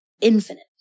infinite